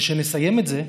וכשנסיים את זה,